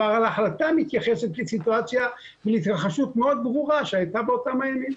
אבל ההחלטה מתייחסת לסיטואציה ולהתרחשות מאוד ברורה שהייתה באותם הימים.